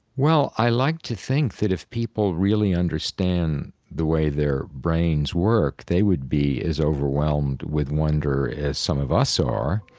well, i like to think that if people really understand the way their brains work, they would be as overwhelmed with wonder as some of us are,